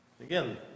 again